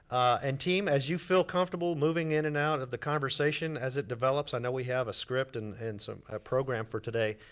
and team, as you feel comfortable moving in and out of the conversation as it develops, i know we have a script and and a program for today,